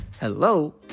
Hello